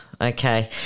okay